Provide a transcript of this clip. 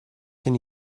can